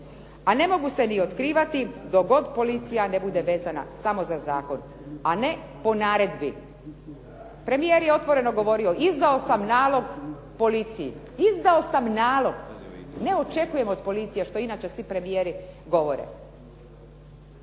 A ne mogu se ni otkrivati dok god policija ne bude vezana samo za zakon a ne po naredbi. Premijer je otvoreno govorio izdao sam nalog policiji, izdao sam nalog. Ne očekujemo od policije što inače svi premijeri govore.